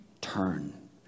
Turn